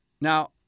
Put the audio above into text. Now